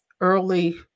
early